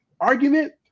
argument